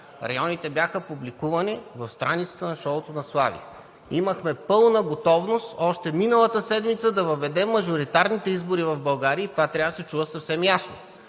Районите бяха публикувани в страницата на „Шоуто на Слави“. Имахме пълна готовност още миналата седмица да въведем мажоритарните избори в България и това трябва да се чува съвсем ясно.